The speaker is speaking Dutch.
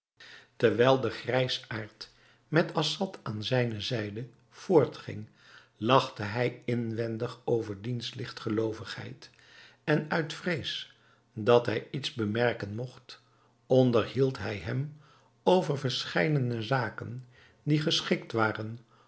terwijl de grijsaard met assad aan zijne zijde voortging lachte hij inwendig over diens ligtgeloovigheid en uit vrees dat hij iets bemerken mogt onderhield hij hem over verscheidene zaken die geschikt waren